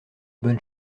bonne